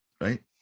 right